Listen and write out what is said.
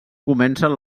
comencen